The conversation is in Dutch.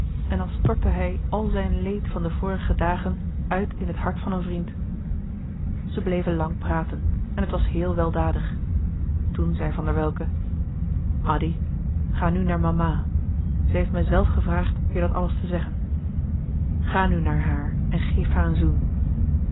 zielen stortte hij al zijn leed van de vorige dagen uit in het hart van een vriend zij bleven lang praten en het was heel weldadig toen zei van der welcke addy ga nu naar mama zij heeft mij zelf gevraagd je dat alles te zeggen ga nu naar haar en geef haar een zoen